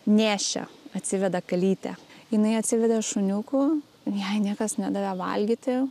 nėščia atsiveda kalytę jinai atsivedė šuniukų jai niekas nedavė valgyti